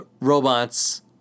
robots